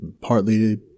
partly